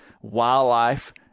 wildlife